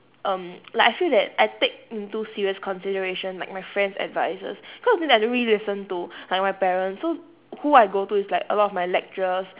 um like I feel that I take into serious consideration like my friend's advices because the thing is I don't really listen to like my parents so who I go to is like a lot of my lecturers